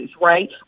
right